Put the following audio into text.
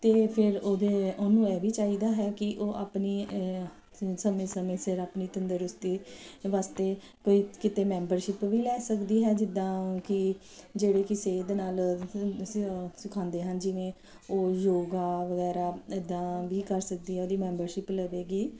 ਅਤੇ ਫਿਰ ਉਹਦੇ ਉਹਨੂੰ ਇਹ ਵੀ ਚਾਹੀਦਾ ਹੈ ਕਿ ਉਹ ਆਪਣੀ ਸਮੇਂ ਸਮੇਂ ਸਿਰ ਆਪਣੀ ਤੰਦਰੁਸਤੀ ਵਾਸਤੇ ਕੋਈ ਕਿਤੇ ਮੈਂਬਰਸ਼ਿਪ ਵੀ ਲੈ ਸਕਦੀ ਹੈ ਜਿੱਦਾਂ ਕਿ ਜਿਹੜੇ ਕਿਸੇ ਦੇ ਨਾਲ ਤੁਸੀਂ ਉਹ ਸਿਖਾਉਂਦੇ ਹਨ ਜਿਵੇਂ ਉਹ ਯੋਗਾ ਵਗੈਰਾ ਇੱਦਾਂ ਵੀ ਕਰ ਸਕਦੀ ਉਹਦੀ ਮੈਂਬਰਸ਼ਿਪ ਲਵੇਗੀ